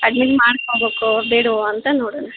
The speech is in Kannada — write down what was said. ಅಡ್ಮಿಟ್ ಮಾಡ್ಕೊಬೇಕೋ ಬೇಡವೋ ಅಂತ ನೋಡೋಣ